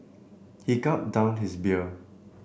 he gulped down his beer